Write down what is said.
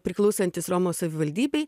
priklausantis romos savivaldybei